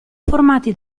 formati